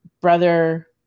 brother